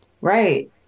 Right